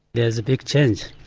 there's a big change.